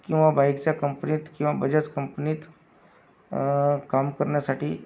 किंवा बाईकच्या कंपनीत किंवा बजाज कंपनीत काम करण्यासाठी